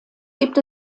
gibt